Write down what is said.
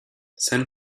san